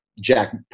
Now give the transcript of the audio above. Jack